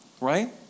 right